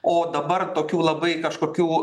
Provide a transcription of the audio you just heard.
o dabar tokių labai kažkokių